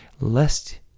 Lest